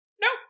nope